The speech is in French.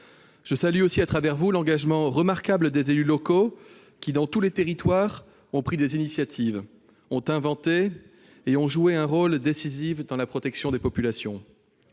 Je salue aussi, à travers vous, l'engagement remarquable des élus locaux, qui, dans tous les territoires, ont pris des initiatives, ont inventé et ont joué un rôle décisif dans la protection des populations.